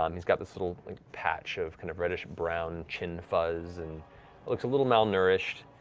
um who's got this little patch of kind of reddish brown chin fuzz and looks a little malnourished.